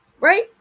right